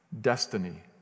destiny